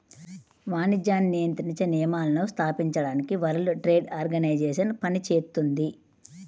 వాణిజ్యాన్ని నియంత్రించే నియమాలను స్థాపించడానికి వరల్డ్ ట్రేడ్ ఆర్గనైజేషన్ పనిచేత్తుంది